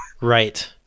right